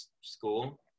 school